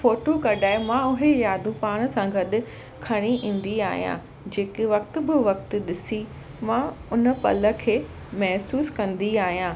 photo कढाए मां उहे यादूं पाण सां गॾु खणी ईंदी आहियां जेके वक़्त बे वक़्त ॾिसी मां उन पल खे महिसूसु कंदी आहियां